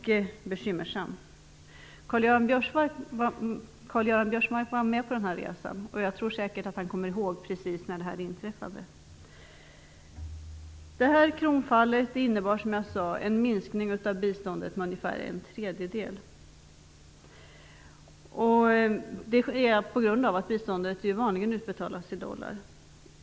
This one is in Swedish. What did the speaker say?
Karl-Göran Biörsmark var med på denna resa, och jag tror att han kommer ihåg precis när detta inträffade. Detta kronfall innebar som jag sade en minskning av biståndet med ungefär en tredjedel på grund av att biståndet vanligen utbetalas i dollar.